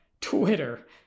Twitter